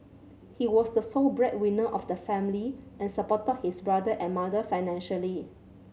he was the sole breadwinner of the family and supported his brother and mother financially